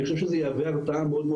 אני חושב שזה יהווה הרתעה מאוד-מאוד